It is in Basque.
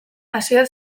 asier